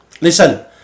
listen